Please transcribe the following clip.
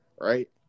right